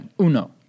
uno